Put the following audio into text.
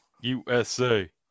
USA